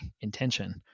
intention